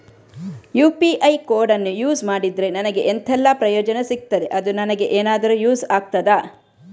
UPI ಕೋಡನ್ನು use ಮಾಡಿದ್ರೆ ನನಗೆ ಎಂಥೆಲ್ಲಾ ಪ್ರಯೋಜನ ಸಿಗ್ತದೆ, ಅದು ನನಗೆ ಎನಾದರೂ ಯೂಸ್ ಆಗ್ತದಾ?